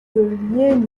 viennent